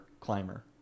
climber